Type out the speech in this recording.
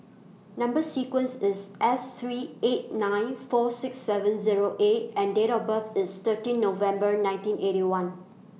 Number sequence IS S three eight nine four six seven Zero A and Date of birth IS thirteen November nineteen Eighty One